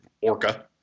orca